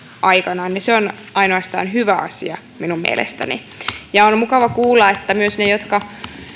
aikanaan se on ainoastaan hyvä asia minun mielestäni on mukava kuulla että myös ne jotka